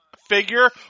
figure